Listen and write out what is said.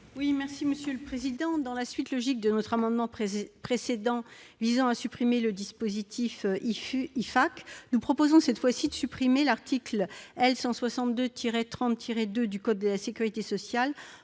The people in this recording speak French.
est à Mme Laurence Cohen. Dans la suite logique de notre amendement précédent visant à supprimer le dispositif IFAQ, nous proposons de supprimer l'article L. 162-30-2 du code de la sécurité sociale,